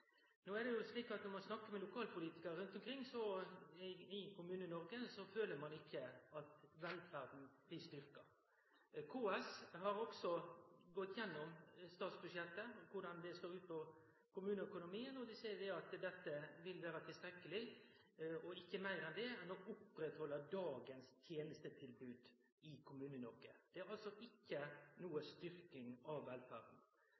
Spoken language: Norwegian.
No er det slik at når ein snakkar med lokalpolitikarar rundt omkring i Kommune-Noreg, føler ein ikkje at velferda blir styrkt. KS har òg gått igjennom statsbudsjettet og sett på korleis det slår ut på kommuneøkonomien, og dei seier at dette vil vere tilstrekkeleg – og ikkje meir enn det – til å oppretthalde dagens tenestetilbod i Kommune-Noreg. Det er altså ikkje noka styrking av velferda.